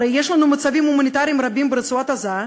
הרי יש לנו מצבים הומניטריים רבים ברצועת-עזה,